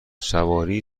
سواری